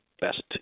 best